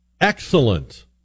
excellent